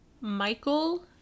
Michael